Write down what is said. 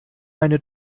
meine